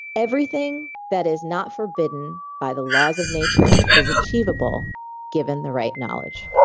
everything that is not forbidden by the laws of nature is achievable given the right knowledge.